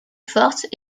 force